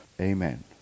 Amen